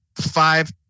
five